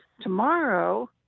Tomorrow